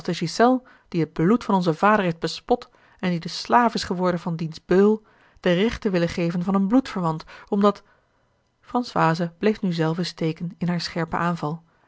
die het bloed van onzen vader heeft bespot en die de slaaf is geworden van diens beul de rechten willen geven van een bloedverwant omdat françoise bleef nu zelve steken in haar scherpen aanval